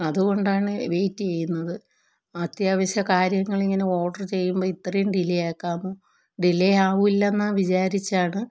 അതുകൊണ്ടാണ് വെയ്റ്റ് ചെയ്യുന്നത് അത്യാവശ്യ കാര്യങ്ങൾ ഇങ്ങനെ ഓഡറ് ചെയ്യുമ്പോൾ ഇത്രയും ഡിലെ ആക്കാമോ ഡിലെ ആകില്ല എന്ന് വിചാരിച്ചാണ്